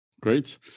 Great